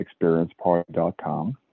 experienceparty.com